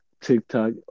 TikTok